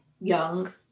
young